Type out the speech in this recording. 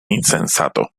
insensato